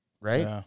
Right